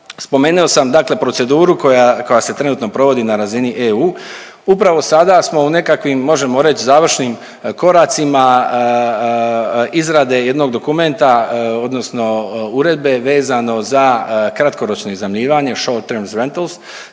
spomenuo sam dakle proceduru koja, koja se trenutno provodi na razini EU. Upravo sada smo u nekakvim možemo reć završnim koracima izrade jednog dokumenta odnosno uredbe vezano za kratkoročno iznajmljivanje …/Govornik se